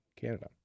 Canada